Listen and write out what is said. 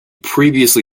previously